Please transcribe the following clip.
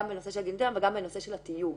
בנושא של הגיליוטינה וגם בנושא של התיוג.